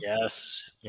Yes